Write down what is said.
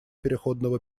переходного